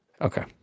okay